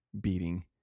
beating